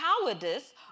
cowardice